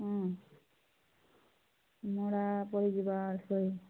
ହଁ ମଣ୍ଡା ପଡ଼ିଯିବା ଶହେ